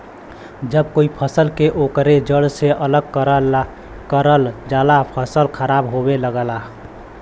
जब कोई फसल के ओकरे जड़ से अलग करल जाला फसल खराब होये लगला